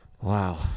Wow